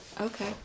Okay